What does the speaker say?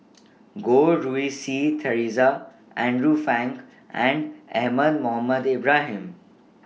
Goh Rui Si Theresa Andrew Phang and Ahmad Mohamed Ibrahim